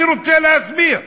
אני רוצה להסביר.